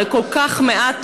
הרי כל כך מעט